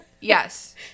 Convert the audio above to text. Yes